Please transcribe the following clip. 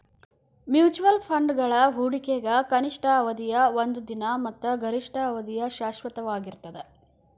mutual ಫಂಡ್ಗಳ ಹೂಡಿಕೆಗ ಕನಿಷ್ಠ ಅವಧಿಯ ಒಂದ ದಿನ ಮತ್ತ ಗರಿಷ್ಠ ಅವಧಿಯ ಶಾಶ್ವತವಾಗಿರ್ತದ